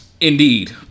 Indeed